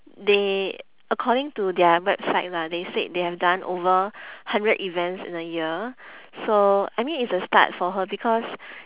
they according to their website lah they said they have done over hundred events in a year so I mean it's a start for her because